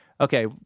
Okay